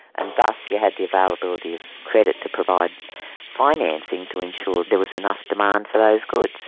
and thus you had the availability of credit, to provide financing to ensure there was enough demand for those goods,